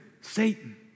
Satan